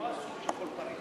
לא על הסכום של כל פריט,